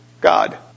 God